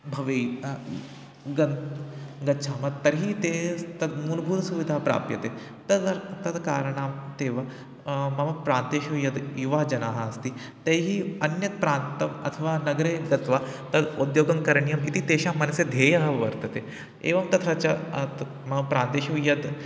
भवेयुः गन्तुं गच्छामः तर्हि तेषां तद् मूलभूतसुविधा प्राप्यते तदर्थं तद् कारणाय ते एव मम प्रान्तेषु यद् युवानः जनाः अस्ति तैः अन्यत् प्रान्तम् अथवा नगरे गत्वा तद् उद्योगं करणीयम् इति तेषां मनसि धेयः वर्तते एवं तथा च तत् मम प्रान्तेषु यत्